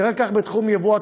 תראה בתחום יבוא הטואלטיקה: